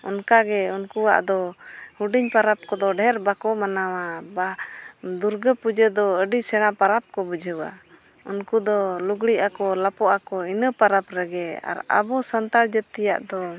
ᱚᱱᱠᱟᱜᱮ ᱩᱱᱠᱩᱣᱟᱜ ᱫᱚ ᱦᱩᱰᱤᱧ ᱯᱚᱨᱚᱵᱽ ᱠᱚᱫᱚ ᱰᱷᱮᱨ ᱵᱟᱠᱚ ᱢᱟᱱᱟᱣᱟ ᱫᱩᱨᱜᱟᱹ ᱯᱩᱡᱟᱹ ᱫᱚ ᱟᱹᱰᱤ ᱥᱮᱬᱟ ᱯᱚᱨᱚᱵᱽ ᱠᱚ ᱵᱩᱡᱷᱟᱹᱣᱟ ᱩᱱᱠᱩ ᱫᱚ ᱞᱩᱜᱽᱲᱤᱡ ᱟᱠᱚ ᱞᱟᱯᱚ ᱟᱠᱚ ᱤᱱᱟᱹ ᱯᱚᱨᱚᱵᱽ ᱨᱮᱜᱮ ᱟᱨ ᱟᱵᱚ ᱥᱟᱱᱛᱟᱲ ᱡᱟᱹᱛᱤᱭᱟᱜ ᱫᱚ